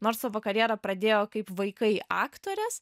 nors savo karjerą pradėjo kaip vaikai aktorės